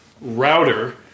router